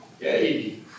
yay